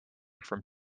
from